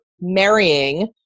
marrying